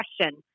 question